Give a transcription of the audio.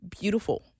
beautiful